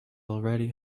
already